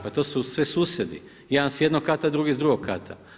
Pa to su sve susjedi, jedan s jednog kata, drugi s drugog kata.